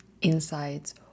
insights